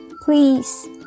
Please